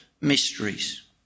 mysteries